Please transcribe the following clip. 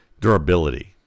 durability